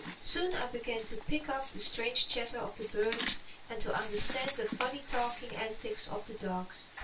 soon i began to pick up the strange chatter of the birds and to understand the funny talking antics of the dogs.